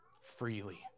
freely